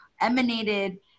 emanated